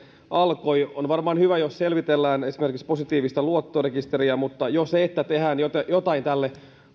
yleensä alkoi on varmaan hyvä jos selvitellään esimerkiksi positiivista luottorekisteriä mutta jo se että tehdään jotain tälle